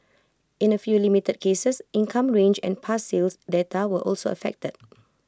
in A few limited cases income range and past sales data were also affected